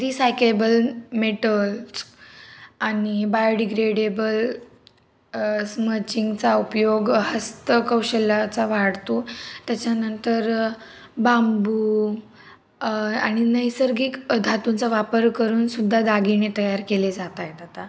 recyclable metals आणि biodegradable स्मचिंगचा उपयोग हस्तकौशल्याचा वाढतो त्याच्यानंतर बांबू आणि नैसर्गिक धातूंचा वापर करूनसुद्धा दागिने तयार केले जात आहेत आता